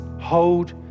hold